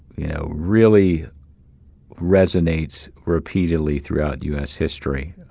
you know, really resonates repeatedly throughout u s. history.